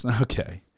Okay